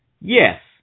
yes